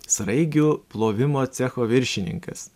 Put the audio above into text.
sraigių plovimo cecho viršininkas